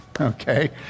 okay